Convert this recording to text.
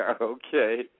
Okay